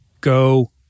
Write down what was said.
Go